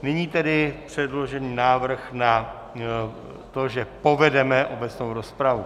Nyní tedy předložený návrh na to, že povedeme obecnou rozpravu.